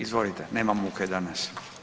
Izvolite, nema muhe danas.